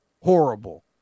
horrible